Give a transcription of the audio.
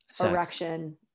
erection